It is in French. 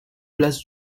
place